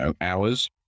hours